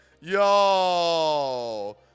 Yo